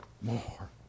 more